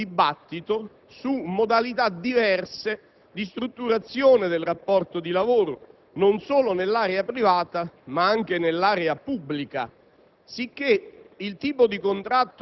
successive ha animato un dibattito su modalità diverse di strutturazione del rapporto di lavoro, non solo nell'area privata ma anche in quella pubblica.